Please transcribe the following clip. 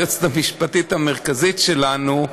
היועצת המשפטית המרכזית שלנו,